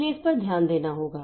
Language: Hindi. इसलिए इस पर ध्यान देना होगा